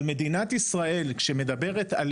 אבל מדינת ישראל כשמדברת על